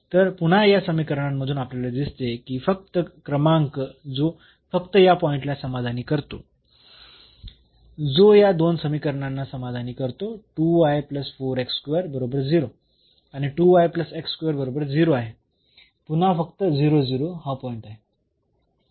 तर पुन्हा या समीकरणांमधून आपल्याला दिसते की फक्त क्रमांक जो फक्त या पॉईंट ला समाधानी करतो जो या दोन समीकरणांना समाधानी करतो बरोबर 0 आणि हे बरोबर 0 आहे पुन्हा फक्त हा पॉईंट आहे